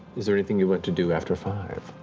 is there anything you want to do after five?